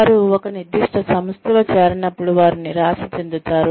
వారు ఒక నిర్దిష్ట సంస్థలో చేరనప్పుడు వారు నిరాశ చెందుతారు